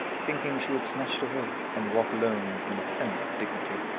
thinking she would snatch it away, and walk alone in offended dignity.